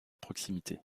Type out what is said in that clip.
proximité